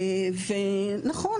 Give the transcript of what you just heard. ונכון,